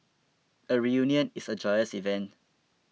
a reunion is a joyous event